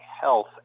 health